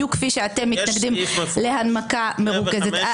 בדיוק כפי שאתם מתנגדים להנמקה מרוכזת.